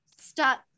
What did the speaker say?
stop